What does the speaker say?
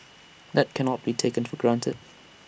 that cannot be taken for granted